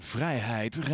Vrijheid